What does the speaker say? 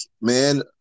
Man